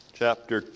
chapter